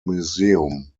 museum